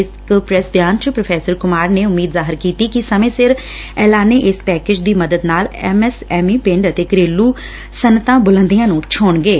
ਇਕ ਪ੍ਰੈਸ ਬਿਆਨ ਚ ਪ੍ਰੋਫੈਸਰ ਕੁਮਾਰ ਨੇ ਉਮੀਦ ਜ਼ਾਹਿਰ ਕੀਤੀ ਕਿ ਸਮੇ ਸਿਰ ਐਲਾਨੇ ਇਸ ਪੈਕੇਜ ਦੀ ਮਦਦ ਨਾਲ ਐਮ ਐਸ ਐਮ ਈ ਪਿੰਡ ਅਤੇ ਘਰੇਲੁ ਸੱਨਅਤਾਂ ਬੁਲੰਦੀਆਂ ਨੂੰ ਛੋਹਣਗੇ